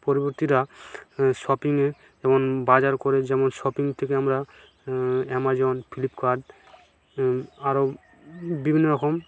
পরবর্তীরা শপিংয়ে এমন বাজার করে যেমন শপিং থেকে আমরা অ্যামাজন ফ্লিপকার্ট আরও বিভিন্ন রকম